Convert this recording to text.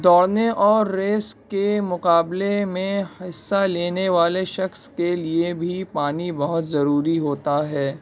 دوڑنے اور ریس کے مقابلے میں حصہ لینے والے شخص کے لیے بھی پانی بہت ضروری ہوتا ہے